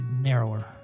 narrower